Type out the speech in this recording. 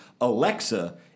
alexa